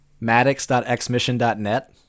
maddox.xmission.net